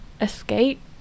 escape